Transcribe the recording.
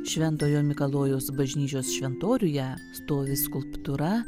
šventojo mikalojaus bažnyčios šventoriuje stovi skulptūra